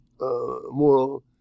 moral